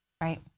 Right